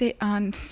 on